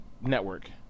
network